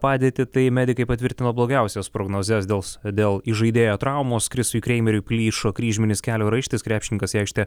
padėtį tai medikai patvirtino blogiausias prognozes dėl dėl įžaidėjo traumos kristui kreimeriui plyšo kryžminis kelio raištis krepšininkas į aikštę